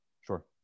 Sure